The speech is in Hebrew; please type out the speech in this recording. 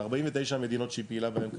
ל-49 המדינות שהיא פעילה בהן כיום,